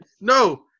No